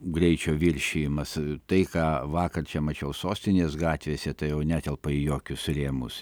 greičio viršijimas tai ką vakar čia mačiau sostinės gatvėse tai jau netelpa į jokius rėmus